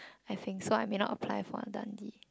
I think so I may not apply for Dundee